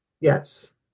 Yes